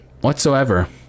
whatsoever